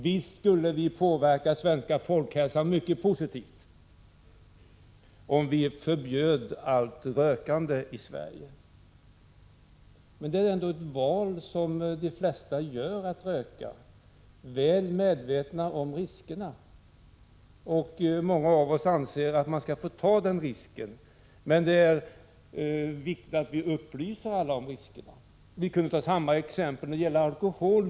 Visst skulle vi påverka den svenska folkhälsan mycket positivt om vi förbjöd allt rökande i Sverige, men för de flesta rökare är det ett val man har träffat, väl medveten om riskerna. Många av oss anser att man skall få ta den risken, men det är naturligtvis viktigt att upplysa alla om riskerna. Vi kunde ta samma exempel när det gäller alkohol.